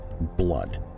blood